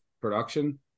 production